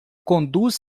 conduz